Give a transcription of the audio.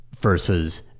versus